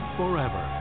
forever